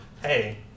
hey